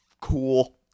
cool